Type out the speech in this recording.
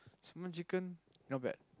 sambal chicken not bad